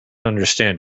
understand